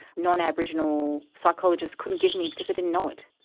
non-aboriginal psychologists couldn't give me because they didn't know it.